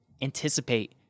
anticipate